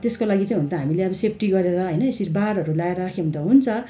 त्यसको लागि चाहिँ हुन त हामीले सेफ्टी गरेर होइन यसरी बारहरू लगाएर राख्यौँ भने त हुन्छ